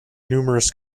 numerous